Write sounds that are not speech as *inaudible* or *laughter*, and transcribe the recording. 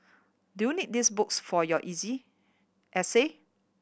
do you need these books for your *unintelligible* essay